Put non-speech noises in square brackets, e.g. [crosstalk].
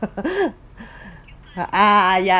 [laughs] uh yeah